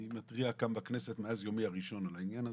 אני מתריע כאן בכנסת מאז יומי הראשון פה על העניין הזה,